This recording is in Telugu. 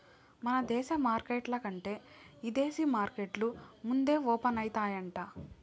మన దేశ మార్కెట్ల కంటే ఇదేశీ మార్కెట్లు ముందే ఓపనయితాయంట